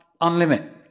Unlimit